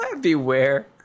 Beware